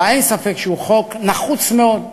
אבל אין ספק שהוא חוק נחוץ מאוד,